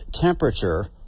temperature